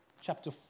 chapter